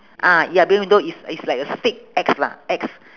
ah ya below the window is is like a stick X lah X